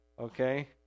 okay